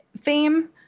fame